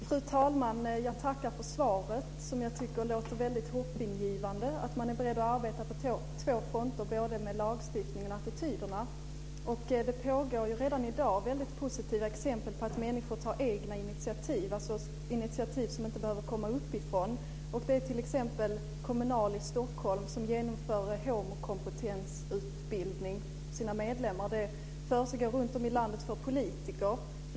Fru talman! Jag tackar för svaret, som jag tycker låter mycket hoppingivande. Man är beredd att arbeta på två fronter, både med lagstiftning och med attityderna. Det pågår redan i dag väldigt positiva exempel på att människor tar egna initiativ, dvs. initiativ behöver inte komma uppifrån. T.ex. genomför Kommunal i Stockholm homokompetensutbildning för sina medlemmar. Det försiggår också runtom i landet för politiker.